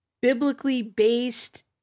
biblically-based